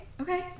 Okay